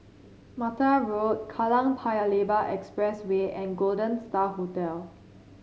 Mattar Road Kallang Paya Lebar Expressway and Golden Star Hotel